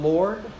Lord